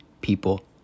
people